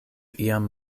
iam